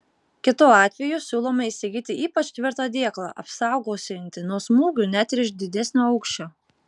kitu atveju siūlome įsigyti ypač tvirtą dėklą apsaugosiantį nuo smūgių net ir iš didesnio aukščio